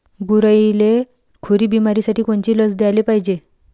गुरांइले खुरी बिमारीसाठी कोनची लस द्याले पायजे?